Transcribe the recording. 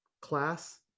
class